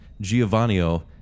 Giovanni